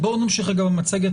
בואו נמשיך עם מצגת.